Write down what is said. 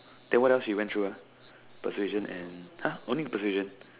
then what else he went through ah persuasion and !huh! only persuasion